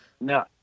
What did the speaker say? No